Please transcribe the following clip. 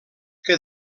que